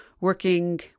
working